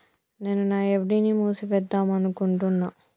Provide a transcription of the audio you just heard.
నేను నా ఎఫ్.డి ని మూసివేద్దాంనుకుంటున్న